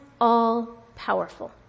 all-powerful